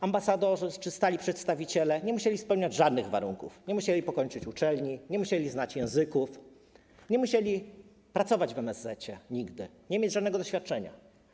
Ambasadorzy czy stali przedstawiciele nie musieli spełniać żadnych warunków, nie musieli ukończyć uczelni, nie musieli znać języków, nie musieli pracować nigdy w MSZ, nie musieli mieć żadnego doświadczenia.